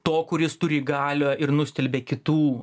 to kuris turi galią ir nustelbia kitų